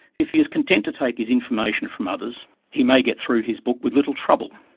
if he is content to take his information from others, he may get through his book with little trouble.